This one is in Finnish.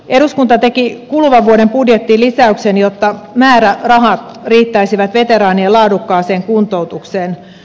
eduskunta teki kuluvan vuoden budjettiin lisäyksen jotta määrärahat riittäisivät veteraanien laadukkaaseen kuntoutukseen